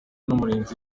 n’umurinzi